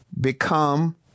become